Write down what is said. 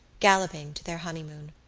galloping to their honeymoon.